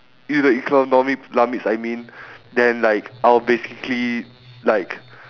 if the economy plummets I mean then like I'll basically like